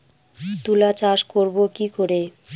তুলা চাষ করব কি করে?